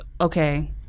okay